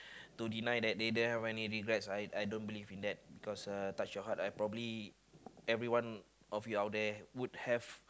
to deny that they don't have any regret I don't believe in that cause touch your heart I probably everyone of you out there would have